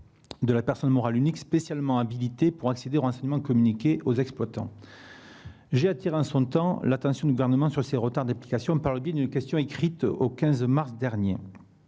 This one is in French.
de la personne morale unique spécialement habilités pour accéder aux renseignements communiqués aux exploitants. J'ai attiré, en son temps, l'attention du Gouvernement sur ces retards d'application au travers d'une question écrite en date du 15 mars dernier.